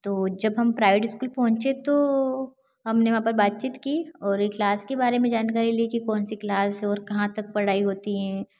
तो जब हम प्राइड स्कूल पहुँचे तो हमने वहाँ पर बातचीत की और यह क्लास के बारे में जानकारी ली कि कौन सी क्लास है और कहाँ तक पढ़ाई होती है